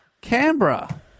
canberra